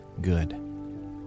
good